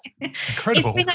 incredible